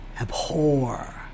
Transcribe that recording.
Abhor